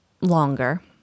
longer